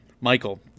Michael